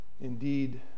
indeed